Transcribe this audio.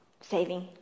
saving